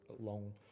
long